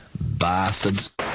Bastards